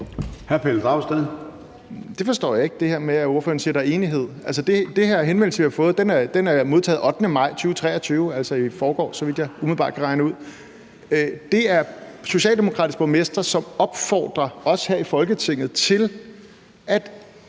Jeg forstår ikke det her med, at ordføreren siger, at der er enighed. Den her henvendelse, vi har fået, er modtaget den 8. maj 2023, altså i forgårs, så vidt jeg umiddelbart kan regne ud. Det er socialdemokratiske borgmestre, som opfordrer os her i Folketinget til at